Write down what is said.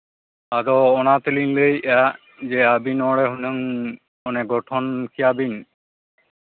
ᱟᱫᱚ ᱚᱱᱟ ᱛᱮᱞᱤᱧ ᱞᱟᱹᱭᱮᱫᱼᱟ ᱟᱹᱵᱤᱱ ᱱᱚᱰᱮ ᱦᱩᱱᱟᱹᱝ ᱚᱱᱮ ᱜᱚᱴᱷᱚᱱ ᱠᱮᱭᱟᱵᱤᱱ